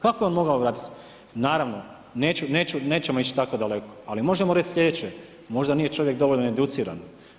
Kako je on mogao … Naravno, nećemo ići tako daleko ali možemo reći slijedeće, možda nije čovjek dovoljno educiran.